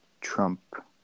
Trump